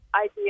idea